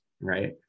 right